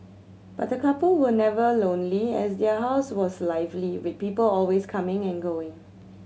but the couple were never lonely as their house was lively with people always coming and going